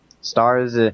stars